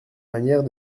manière